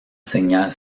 señal